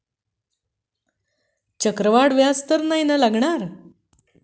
चक्रवाढ व्याज तर नाही ना लागणार?